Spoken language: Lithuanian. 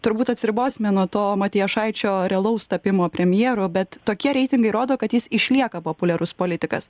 turbūt atsiribosime nuo to matijošaičio realaus tapimo premjeru bet tokie reitingai rodo kad jis išlieka populiarus politikas